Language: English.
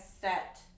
set